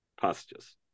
passages